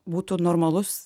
būtų normalus